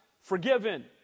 forgiven